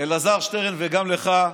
אלעזר שטרן, וגם לך,